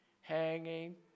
hanging